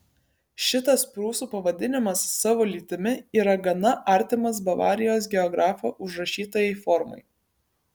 šitas prūsų pavadinimas savo lytimi yra gana artimas bavarijos geografo užrašytajai formai